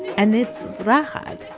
and it's ah